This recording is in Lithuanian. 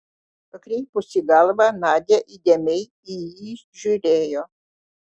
pakreipusi galvą nadia įdėmiai į jį žiūrėjo